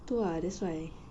itu ah that's why